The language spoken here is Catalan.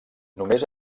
només